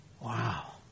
Wow